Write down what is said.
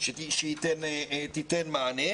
שתיתן מענה,